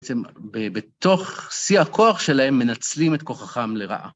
בעצם בתוך שיא הכוח שלהם מנצלים את כוחם לרעה.